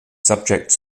subjects